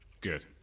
Good